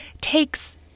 takes